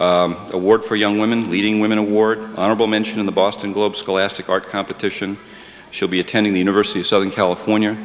award for young women leading women award honorable mention in the boston globe scholastic art competition should be attending the university of southern california